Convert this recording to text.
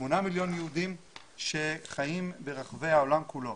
שמונה מיליון יהודים שחיים ברחבי העולם כולו.